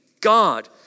God